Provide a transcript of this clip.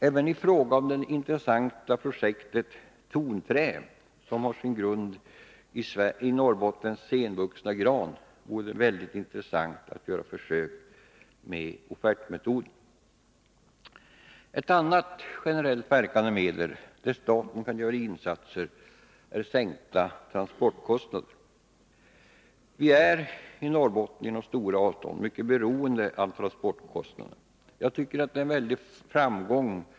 Även i fråga om det intressanta projektet ”tonträ”, som har sin grund i Norrbottens senvuxna gran, vore det intressant att göra försök med offertmetoden. Ett annat generellt verkande medel, där staten kan göra insatser, är sänkta transportkostnader. Vi är i Norrbotten genom de stora avstånden mycket beroende av transportkostnaderna.